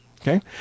okay